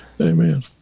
Amen